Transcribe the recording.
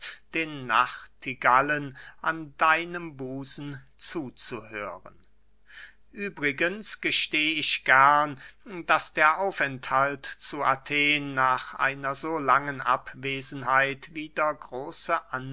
den nachtigallen an deinem busen zuzuhören übrigens gesteh ich gern daß der aufenthalt zu athen nach einer so langen abwesenheit wieder große